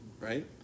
right